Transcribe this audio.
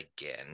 again